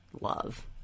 love